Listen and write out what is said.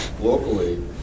locally